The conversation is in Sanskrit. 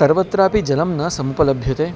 सर्वत्रापि जलं न समुपलभ्यते